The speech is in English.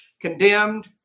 condemned